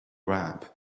ramp